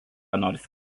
nors